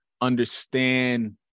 understand